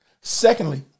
Secondly